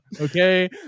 Okay